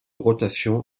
rotation